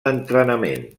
entrenament